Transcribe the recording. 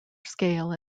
scale